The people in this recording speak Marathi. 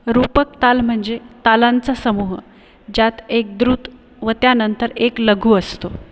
रूपक ताल म्हणजे तालांचा समूह ज्यात एक द्रुत व त्यानंतर एक लघु असतो